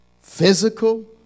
physical